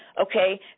Okay